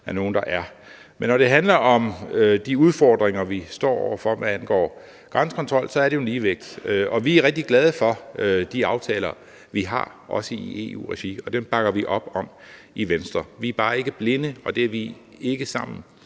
når det handler om de udfordringer, vi står over for, hvad angår grænsekontrol, er det jo en ligevægt. Vi er rigtig glade for de aftaler, vi har, også i EU-regi, og dem bakker vi op om i Venstre. Vi er bare ikke blinde for, og det er vi ikke sammen